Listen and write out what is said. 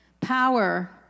power